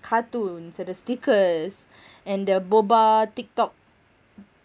cartoons at the stickers and the boba tiktok